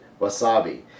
wasabi